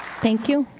thank you.